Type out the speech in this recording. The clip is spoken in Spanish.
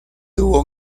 tuvo